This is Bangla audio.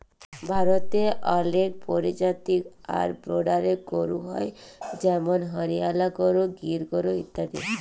ভারতে অলেক পরজাতি আর ব্রিডের গরু হ্য় যেমল হরিয়ালা গরু, গির গরু ইত্যাদি